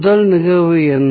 முதல் நிகழ்வு என்ன